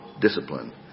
discipline